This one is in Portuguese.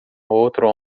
outro